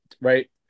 Right